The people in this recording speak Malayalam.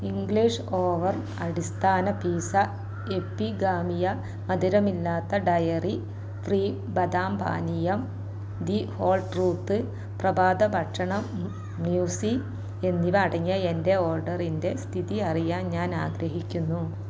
ഇംഗ്ലീഷ് ഓവൻ അടിസ്ഥാന പിസ്സ എപ്പിഗാമിയ മധുരമില്ലാത്ത ഡയറി ഫ്രീ ബദാം പാനീയം ദി ഹോൾ ട്രൂത്ത് പ്രഭാതഭക്ഷണം മ്യൂസ്ലി എന്നിവ അടങ്ങിയ എന്റെ ഓർഡറിന്റെ സ്ഥിതിഅറിയാൻ ഞാൻ ആഗ്രഹിക്കുന്നു